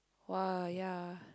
!wah! yea